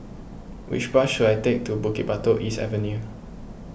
which bus should I take to Bukit Batok East Avenue